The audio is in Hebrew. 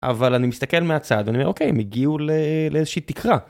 אבל אני מסתכל מהצד, אני אומר, אוקיי, הם הגיעו לאיזושהי תקרה.